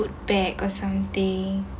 wood bag or something